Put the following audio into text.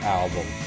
album